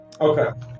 Okay